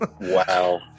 wow